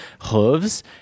hooves